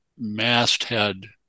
masthead